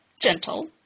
gentle